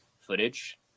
footage